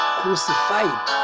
crucified